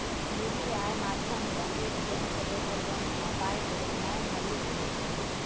UPI माध्यमसँ एक bank सँ दोसर बैंक मे पाइ भेजनाइ हल्लुक होइ छै